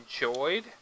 enjoyed